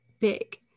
big